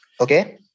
Okay